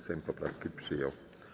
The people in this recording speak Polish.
Sejm poprawki przyjął.